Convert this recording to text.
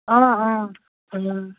অঁ অঁ অঁ